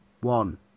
one